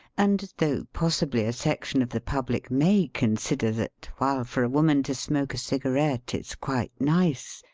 and though possibly a section of the public may consider that while for a woman to smoke a cigarette is quite nice,